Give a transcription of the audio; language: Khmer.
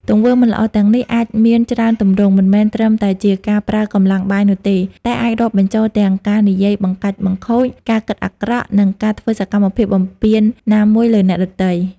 ទង្វើមិនល្អទាំងនេះអាចមានច្រើនទម្រង់ មិនមែនត្រឹមតែការប្រើកម្លាំងបាយនោះទេ តែអាចរាប់បញ្ចូលទាំង ការនិយាយបង្កាច់បង្ខូច ការគិតអាក្រក់ និងការធ្វើសកម្មភាពបំពានណាមួយលើអ្នកដទៃ។